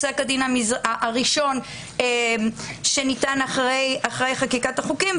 פסק הדין הראשון שניתן אחרי חקיקת החוקים.